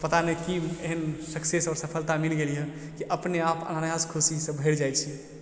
पता नहि कि एहन सक्सेस आओर सफलता मिल गेल यऽ कि अपने आप अनायास खुशी सँ भरि जाइ छी